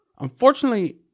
Unfortunately